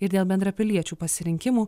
ir dėl bendrapiliečių pasirinkimų